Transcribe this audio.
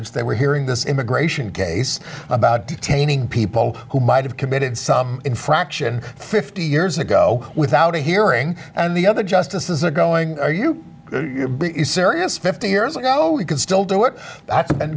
it's that we're hearing this immigration case about detaining people who might have committed some infraction fifty years ago without a hearing and the other justices are going to you serious fifty years ago you could still do it and